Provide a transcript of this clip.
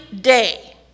day